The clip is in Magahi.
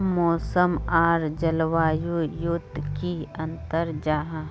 मौसम आर जलवायु युत की अंतर जाहा?